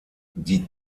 die